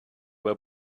were